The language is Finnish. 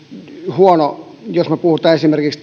huono jos me puhumme esimerkiksi